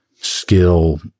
skill